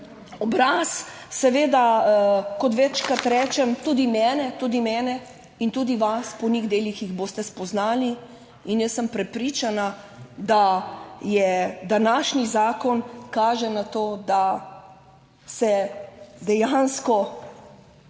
obraz, seveda, kot večkrat rečem, tudi mene, tudi mene in tudi vas, po njih delih jih boste spoznali. In jaz sem prepričana, da je današnji zakon kaže na to, da se dejansko